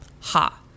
Ha